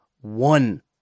one